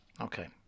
Okay